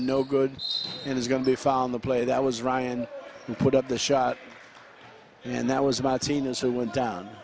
no good and it's going to be found the player that was ryan put up the shot and that was about seniors who went down